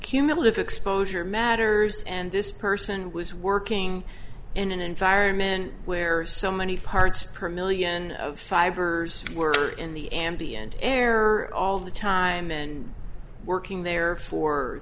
cumulative exposure matters and this person was working in an environment where so many parts per million of sivers were in the ambient air all the time and working there for